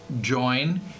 join